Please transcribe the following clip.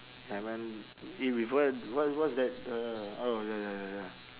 ya man eat before what what's that uh oh ya ya ya ya